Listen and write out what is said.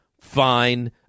fine